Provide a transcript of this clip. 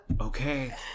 Okay